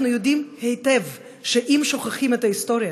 אנחנו יודעים היטב שאם שוכחים את ההיסטוריה,